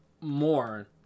more